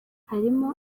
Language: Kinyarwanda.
harimo